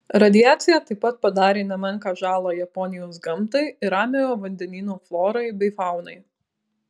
radiacija taip pat padarė nemenką žalą japonijos gamtai ir ramiojo vandenyno florai bei faunai